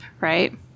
right